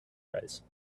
arise